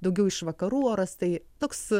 daugiau iš vakarų oras tai toks